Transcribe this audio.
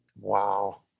Wow